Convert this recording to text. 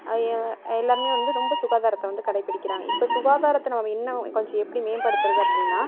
எ எல்லாருமே வந்து ரொம்ப சுகாதாரத்தை வந்து கடைபிடிக்கிறாங்க இப்போ சுகாதாரத்தை நம்ப இன்னும் கொஞ்சம் எப்படி மேம்படுத்துகிறது அப்படின்னா